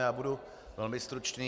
Já budu velmi stručný.